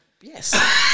Yes